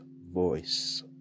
voice